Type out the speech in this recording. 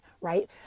right